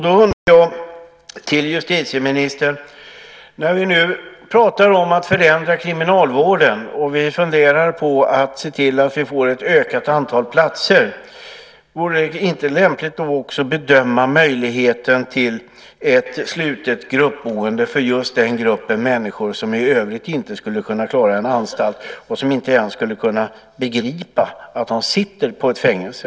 Då vill jag fråga justitieministern: När vi nu pratar om att förändra kriminalvården och funderar på ett ökat antal platser, vore det då inte lämpligt att också bedöma möjligheten till ett slutet gruppboende för just den grupp av människor som i övrigt inte skulle kunna klara en anstalt och som inte ens skulle kunna begripa att de sitter i ett fängelse?